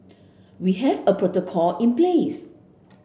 we have a protocol in place